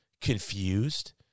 confused